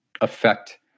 affect